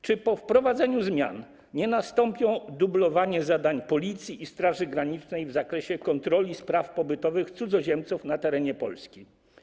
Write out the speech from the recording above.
Czy po wprowadzeniu zmian nie nastąpi dublowanie zadań Policji i Straży Granicznej w zakresie kontroli spraw pobytowych cudzoziemców na terenie Polski?